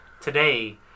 today